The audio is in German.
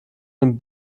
dem